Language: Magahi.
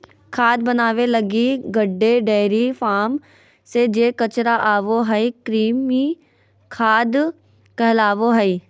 खाद बनाबे लगी गड्डे, डेयरी फार्म से जे कचरा आबो हइ, कृमि खाद कहलाबो हइ